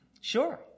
Sure